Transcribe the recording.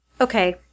Okay